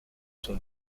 son